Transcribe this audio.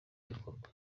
ibikorwa